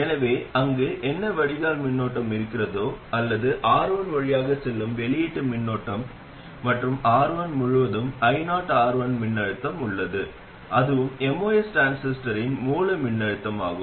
எனவே அங்கு என்ன வடிகால் மின்னோட்டம் இருக்கிறதோ அல்லது R1 வழியாக செல்லும் வெளியீட்டு மின்னோட்டம் மற்றும் R1 முழுவதும் ioR1 மின்னழுத்தம் உள்ளது அதுவும் MOS டிரான்சிஸ்டரின் மூல மின்னழுத்தமாகும்